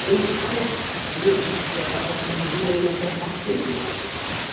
in paris we whisper of a communion of the latin races.